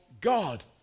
God